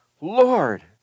Lord